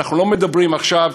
אנחנו לא מדברים עכשיו,